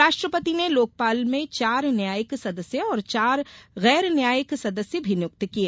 राष्ट्रपति ने लोकपाल में चार न्यायिक सदस्य और चार गैर न्यायिक सदस्य भी नियुक्त किए